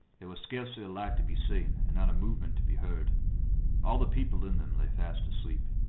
there was scarcely a light to be seen, and not a movement to be heard all the people in them lay fast asleep.